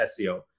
SEO